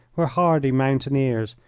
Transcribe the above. were hardy mountaineers,